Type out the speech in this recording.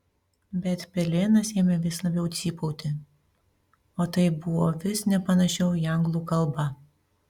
bet pelėnas ėmė vis labiau cypauti o tai buvo vis nepanašiau į anglų kalbą